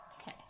Okay